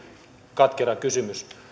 katkera kysymys